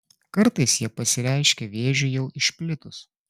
kartais jie pasireiškia vėžiui jau išplitus